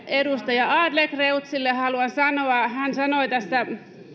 edustaja adlercreutzille haluan sanoa siitä hän sanoi tässä